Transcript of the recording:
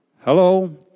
Hello